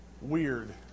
weird